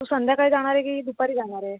तू संध्याकाळी जाणार आहे की दुपारी जानार आहे